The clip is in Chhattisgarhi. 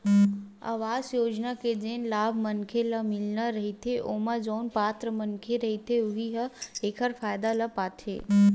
अवास योजना के जेन लाभ मनखे ल मिलना रहिथे ओमा जउन पात्र मनखे रहिथे उहीं ह एखर फायदा ल पाथे